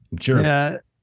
Sure